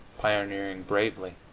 pioneering bravely,